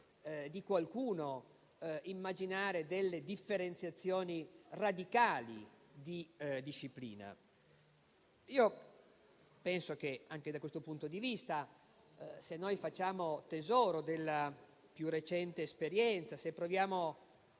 di qualcuno immaginare differenziazioni radicali nella disciplina. Penso che, anche da questo punto di vista, occorra fare tesoro della più recente esperienza e provare